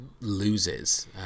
loses